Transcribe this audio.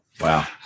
Wow